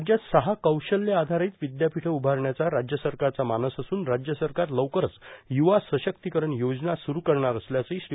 राज्यात सहा कौशल्य आधारित विद्यापीठं उभारण्याचा राज्य सरकारचा मानस असून राज्य सरकार लवकरच युवा सशक्तीकरण योजना सुरू करणार असल्याचंही श्री